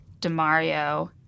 DeMario